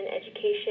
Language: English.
education